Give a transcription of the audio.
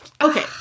Okay